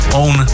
own